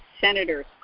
senators